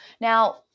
now